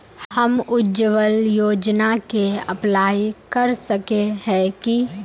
हम उज्वल योजना के अप्लाई कर सके है की?